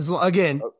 Again